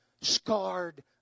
scarred